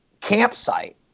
campsite